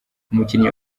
umukinnyi